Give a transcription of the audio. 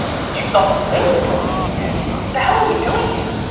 yeah the whole thing's broken. yeah, totally. the hell are we doing here?